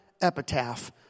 epitaph